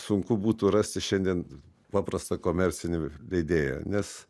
sunku būtų rasti šiandien paprastą komercinį leidėją nes